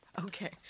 okay